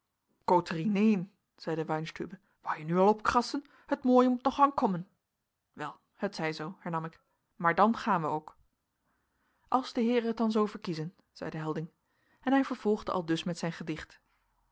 neen zeide weinstübe wou je nu al opkrassen het mooie moet nog ankomen wel het zij zoo hernam ik maar dan gaan wij ook als de heeren het dan zoo verkiezen zeide helding en hij vervolgde aldus met zijn gedicht